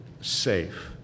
safe